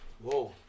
Whoa